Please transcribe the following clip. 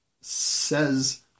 says